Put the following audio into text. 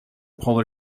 polar